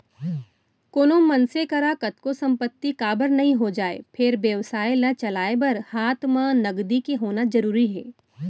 कोनो मनसे करा कतको संपत्ति काबर नइ हो जाय फेर बेवसाय ल चलाय बर हात म नगदी के होना जरुरी हे